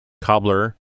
Cobbler